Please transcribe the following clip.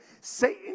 Satan